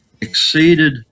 exceeded